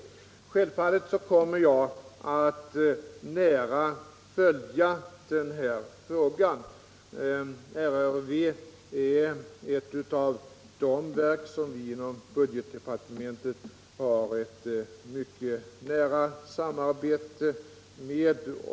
Självfallet kommer jag att nära följa den här frågan. RRV är ett av de verk som vi inom budgetdepartementet har ett mycket nära samarbete med.